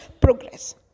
progress